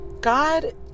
God